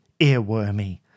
earwormy